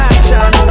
Action